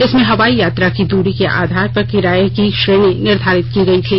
इसमें हवाई यात्रा की दूरी के आधार पर किराये की श्रेणी निर्घारित की गई थी